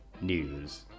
news